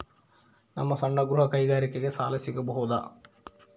ನಮ್ಮ ಸಣ್ಣ ಗೃಹ ಕೈಗಾರಿಕೆಗೆ ಸಾಲ ಸಿಗಬಹುದಾ?